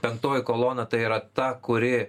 penktoji kolona tai yra ta kuri